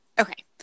Okay